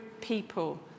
people